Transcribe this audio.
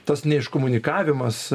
tas ne iškomunikavimas